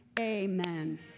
Amen